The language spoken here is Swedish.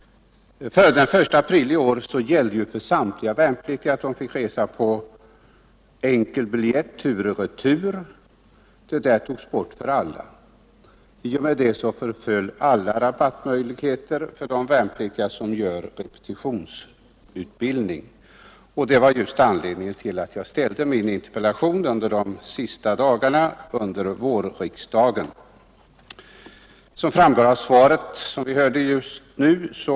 Före den 1 april i år gällde för samtliga värnpliktiga att de fick resa på enkel biljett tur och retur på järnväg och vissa busslinjer. Detta togs bort för alla. I och med det förföll alla rabattmöjligheter för de värnpliktiga som gör repetitionsutbildning. Det var anledningen till att jag ställde min interpellation en av de sista dagarna under vårriksdagen. Som framgår av det svar vi nyss hört har resemöjligheterna förbättrats.